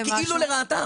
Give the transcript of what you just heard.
זה כאילו לרעתם.